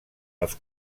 els